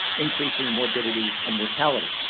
increasing morbidity and mortality.